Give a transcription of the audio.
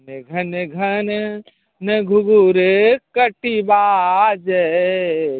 घन घन घनन घुङ्घरू कति बाजय